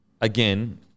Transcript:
again